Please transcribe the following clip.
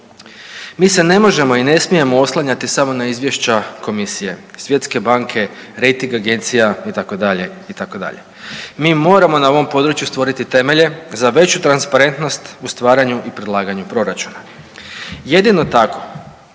Mi se ne možemo i ne smijemo oslanjati samo na izvješća komisije, Svjetske banke, rejting agencija itd., itd. Mi moramo na ovom području stvoriti temelje za veću transparentnost u stvaranju i predlaganju proračuna. Jedino tako